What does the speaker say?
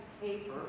paper